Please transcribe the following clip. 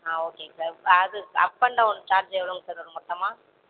ஓகேங்க சார் இப்போ அது அப் அண்ட் டௌன் சார்ஜ் எவ்வளோங்க சார் வரும் மொத்தமாக